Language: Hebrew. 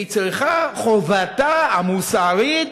היא צריכה, חובתה המוסרית,